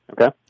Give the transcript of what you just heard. Okay